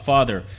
Father